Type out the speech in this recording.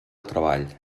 treball